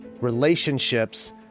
relationships